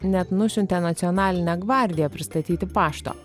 net nusiuntė nacionalinę gvardiją pristatyti pašto